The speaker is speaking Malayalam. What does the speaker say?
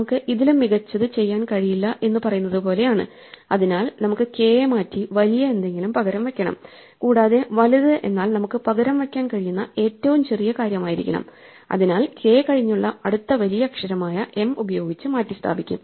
നമുക്ക് ഇതിലും മികച്ചത് ചെയ്യാൻ കഴിയില്ല എന്ന് പറയുന്നത് പോലെയാണ് അതിനാൽ നമുക്ക് k യെ മാറ്റി വലിയ എന്തെങ്കിലും പകരം വയ്ക്കണം കൂടാതെ വലുത് എന്നാൽ നമുക്ക് പകരം വയ്ക്കാൻ കഴിയുന്ന ഏറ്റവും ചെറിയ കാര്യമായിരിക്കണം അതിനാൽ k കഴിഞ്ഞുള്ള അടുത്ത വലിയ അക്ഷരമായ m ഉപയോഗിച്ച് മാറ്റിസ്ഥാപിക്കും